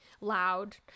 loud